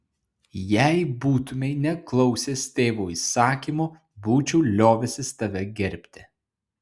jei būtumei neklausęs tėvo įsakymo būčiau liovęsis tave gerbti